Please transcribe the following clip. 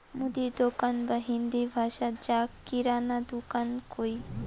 মুদির দোকান বা হিন্দি ভাষাত যাক কিরানা দুকান কয়